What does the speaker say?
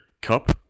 cup